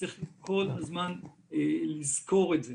צריך כל הזמן לזכור את זה.